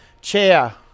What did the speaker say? chair